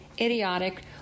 idiotic